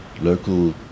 local